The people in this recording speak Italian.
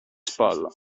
spalla